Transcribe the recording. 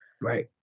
Right